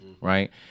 right